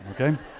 okay